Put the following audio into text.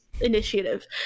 initiative